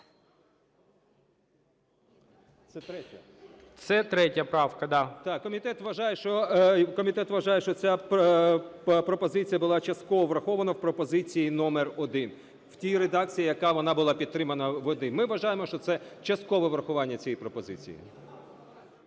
Комітет вважає, що... Комітет вважає, що ця пропозиція була частково врахована в пропозиції номер 1, в тій редакції, яка вона була підтримана в 1, ми вважаємо, що це часткове врахування цієї пропозиції.